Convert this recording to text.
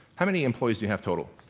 how many employees do you have total?